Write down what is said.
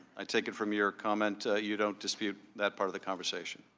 i take it from your comment you don't dispute that part of the conversation?